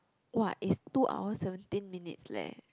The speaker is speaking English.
!wah! it's two hours seventeen minutes leh